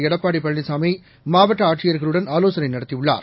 எடப்பாடி பழனிசாமி மாவட்ட ஆட்சியர்களுடன் ஆலோசனை நடத்தியுள்ளார்